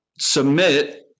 submit